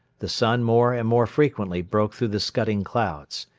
the sun more and more frequently broke through the scudding clouds.